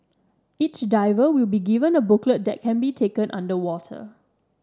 each diver will be given a booklet that can be taken underwater